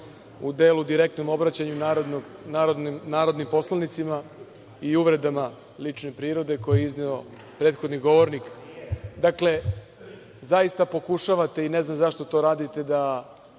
u delu direktnom obraćanju narodnim poslanicima i uvredama lične prirode koje je izneo prethodni govornik. Dakle, zaista pokušavate, ne znam zašto to radite, da